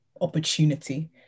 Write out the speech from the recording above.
opportunity